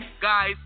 guys